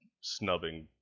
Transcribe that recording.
snubbing